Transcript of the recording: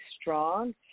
strong